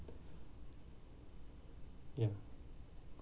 ya